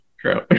True